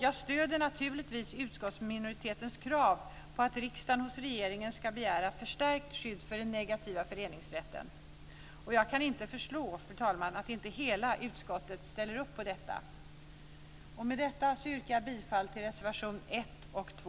Jag stöder naturligtvis utskottsminoritetens krav på att riksdagen hos regeringen ska begära ett förstärkt skydd för den negativa föreningsrätten. Jag kan inte förstå, fru talman, att inte hela utskottet ställer upp på detta. Med detta yrkar jag bifall till reservation 1 och 2.